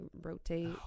rotate